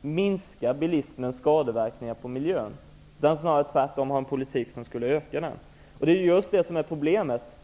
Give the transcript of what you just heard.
minska bilismens skadeverkningar på miljön, utan snarare tvärtom har en politik som skulle öka dem.